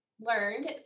learned